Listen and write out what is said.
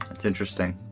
it's interesting,